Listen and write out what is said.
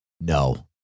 No